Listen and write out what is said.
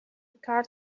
car